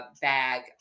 bag